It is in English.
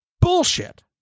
Bullshit